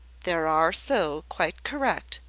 there are so. quite correct.